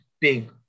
big